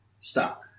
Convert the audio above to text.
Stop